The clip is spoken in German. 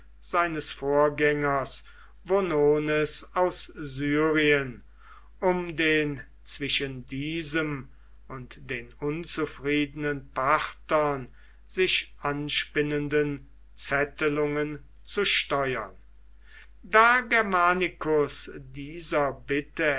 seines vorgängers vonones aus syrien um den zwischen diesem und den unzufriedenen parthern sich anspinnenden zettelungen zu steuern da germanicus dieser bitte